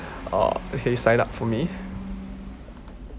uh okay sign up for me